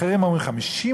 אחרים אומרים 50%